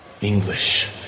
English